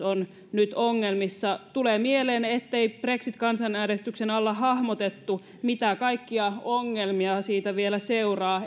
on nyt ongelmissa tulee mieleen ettei brexit kansanäänestyksen alla hahmotettu mitä kaikkia ongelmia siitä vielä seuraa